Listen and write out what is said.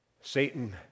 Satan